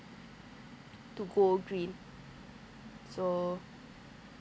to go green so